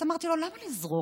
אז אמרתי לו: למה לזרוק?